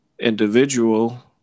individual